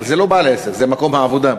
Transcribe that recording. אבל זה לא בעל עסק אלא מקום העבודה.